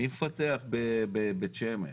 מי מפתח בבית שמש?